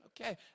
Okay